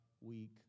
week